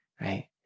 right